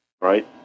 Right